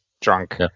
drunk